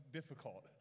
difficult